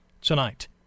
tonight